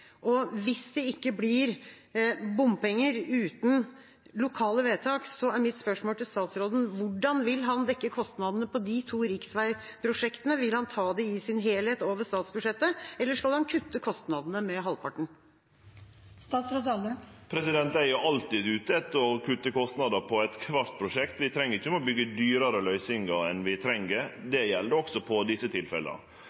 og hvis det ikke blir bompenger uten lokale vedtak, er mitt spørsmål til statsråden: Hvordan vil han dekke kostnadene på de to riksveiprosjektene? Vil han ta det i sin helhet over statsbudsjettet, eller skal han kutte kostnadene med halvparten? Eg er alltid ute etter å kutte kostnader på alle prosjekt. Vi treng ikkje byggje dyrare løysingar enn vi har bruk for. Det gjeld også i desse tilfella. Etter at vi